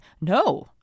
No